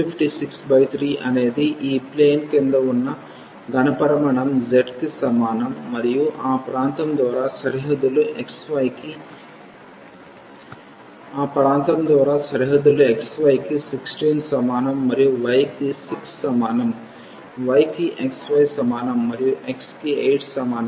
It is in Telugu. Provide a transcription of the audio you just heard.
కాబట్టి 2563 అనేది ఈ ప్లేన్ క్రింద ఉన్న ఘనపరిమాణం z కి x సమానం మరియు ఆ ప్రాంతం ద్వారా సరిహద్దులు xy కి 16 సమానం మరియు y కి 6 సమానం y కి xy సమానం మరియు x కి 8 సమానం